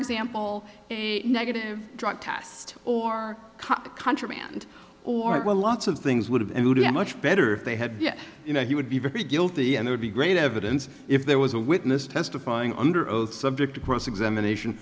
example a negative drug test or contraband or well lots of things would have much better if they had you know he would be very guilty and they would be great evidence if there was a witness testifying under oath subject to cross examination